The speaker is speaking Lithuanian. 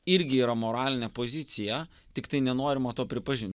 irgi yra moralinė pozicija tiktai nenorima to pripažint